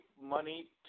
money